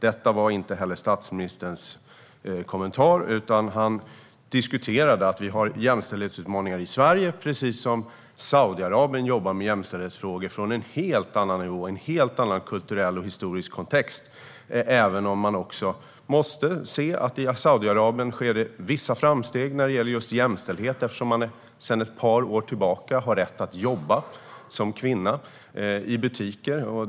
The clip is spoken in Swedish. Detta var inte heller statsministerns kommentar, utan han diskuterade att vi har jämställdhetsutmaningar i Sverige, precis som Saudiarabien jobbar med jämställdhetsfrågor från en helt annan nivå och i en helt annan kulturell och historisk kontext. Man måste dock se att det även i Saudiarabien sker vissa framsteg när det gäller just jämställdhet, eftersom kvinnor sedan ett par år tillbaka har rätt att jobba i butiker.